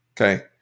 Okay